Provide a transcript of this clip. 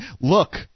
Look